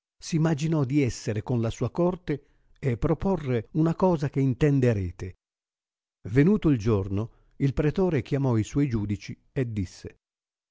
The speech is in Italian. s imaginò di essere con la sua corte e proporre una cosa che intenderete venuto il giorno il pretore chiamò i suoi giudici e disse